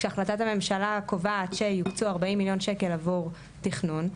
כשהחלטת הממשלה קובעת שיוקצו 40 מיליון שקלים עבור תכנון,